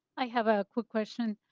i have a quick question.